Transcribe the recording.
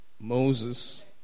Moses